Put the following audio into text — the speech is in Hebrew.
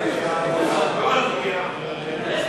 סעיף 29, כהצעת הוועדה, נתקבל.